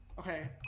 Okay